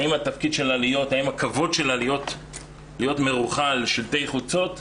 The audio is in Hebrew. האם הכבוד שלה להיות מרוחה על שלטי חוצות?